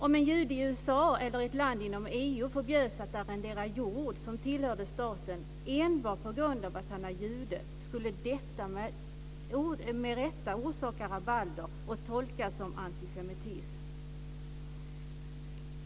Om en jude i USA eller i ett land inom EU förbjöds att arrendera jord som tillhörde staten enbart på grund av att han var jude skulle detta med rätta orsaka rabalder och tolkas som antisemitism.